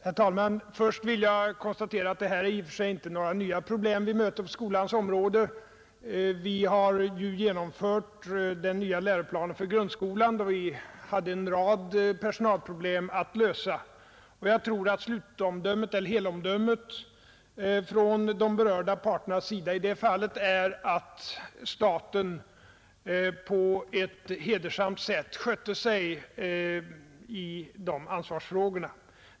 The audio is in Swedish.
Herr talman! Till att börja med vill jag konstatera att de problem vi här möter i och för sig inte är nya på skolans område. Vi har genomfört den nya läroplanen för grundskolan och hade då en rad personalproblem att lösa. Jag tror att helhetsomdömet från de berörda parternas sida i det fallet är att staten på ett hedersamt sätt skött sig i de ansvarsfrågorna.